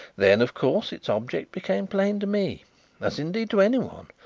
then, of course, its object became plain to me as indeed to anyone.